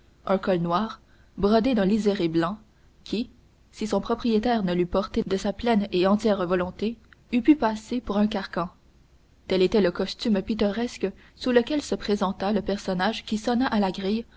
un col noir brodé d'un liséré blanc qui si son propriétaire ne l'eût porté de sa pleine et entière volonté eût pu passer pour un carcan tel était le costume pittoresque sous lequel se présenta le personnage qui sonna à la grille